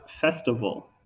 festival